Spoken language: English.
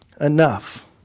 enough